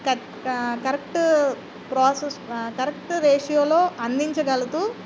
క correct process correct రేషియోలో అందించగలతూ